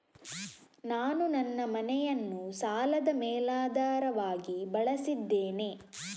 ನಾನು ನನ್ನ ಮನೆಯನ್ನು ಸಾಲದ ಮೇಲಾಧಾರವಾಗಿ ಬಳಸಿದ್ದೇನೆ